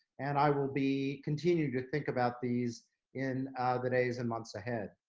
and i will be continue to think about these in the days and months ahead.